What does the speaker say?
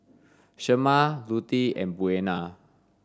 Shemar Lutie and Buena